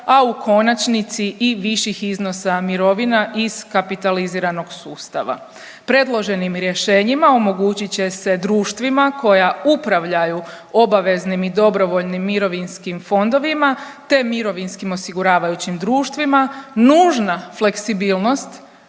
a u konačnici i viših iznosa mirovina iz kapitaliziranog sustava. Predloženim rješenjima omogućit će se društvima koja upravljaju obaveznim i dobrovoljnim mirovinskim fondovima te mirovinskim osiguravajućim društvima nužna fleksibilnost